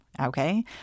okay